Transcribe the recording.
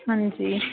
हां जी